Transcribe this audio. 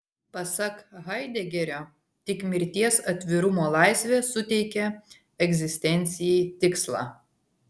pasak haidegerio tik mirties atvirumo laisvė suteikia egzistencijai tikslą